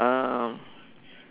um